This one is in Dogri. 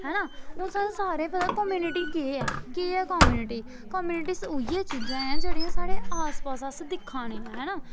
हैना हून सारें गी पता कम्युनिटी केह् ऐ केह् ऐ कम्युनिटी कम्युनिटी उ'यै चीजां ऐ जेह्ड़ियां साढ़े आस पास अस दिक्खा ने है ना